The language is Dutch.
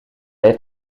heeft